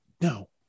No